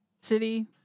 City